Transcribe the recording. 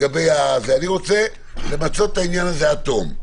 אני רוצה למצות את העניין הזה עד תום.